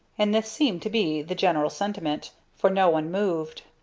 and this seemed to be the general sentiment for no one moved.